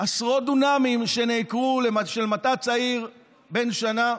עשרות דונמים שנעקרו במטע צעיר בן שנה.